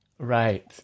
right